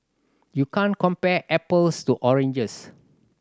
you can't compare apples to oranges